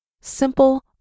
simple